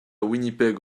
winnipeg